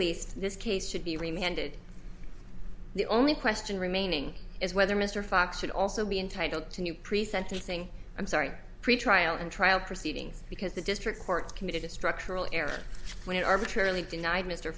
least this case should be reminded the only question remaining is whether mr fox should also be entitled to new pre sentencing i'm sorry pretrial and trial proceedings because the district court committed a structural error when it arbitrarily denied mr